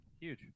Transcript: huge